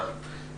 .